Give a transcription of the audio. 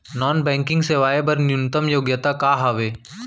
Non banking सेवाएं बर न्यूनतम योग्यता का हावे?